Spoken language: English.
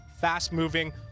fast-moving